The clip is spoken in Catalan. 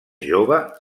jove